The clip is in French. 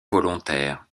volontaires